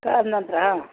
ಆದ ನಂತರ